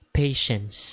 patience